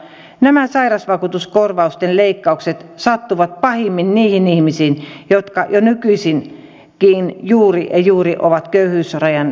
nämä sairausvakuutuskorvausten leikkaukset sattuvat pahimmin niihin ihmisiin jotka jo nykyisinkin juuri ja juuri ovat köyhyysrajan yläpuolella